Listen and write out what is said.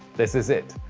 this is it.